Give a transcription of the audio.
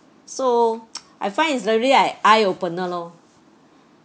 so I find is very like eye opener lor